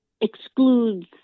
excludes